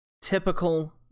typical